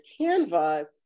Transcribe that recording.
Canva